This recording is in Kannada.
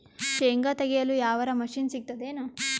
ಶೇಂಗಾ ತೆಗೆಯಲು ಯಾವರ ಮಷಿನ್ ಸಿಗತೆದೇನು?